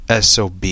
SOB